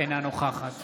אינה נוכחת